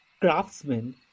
craftsman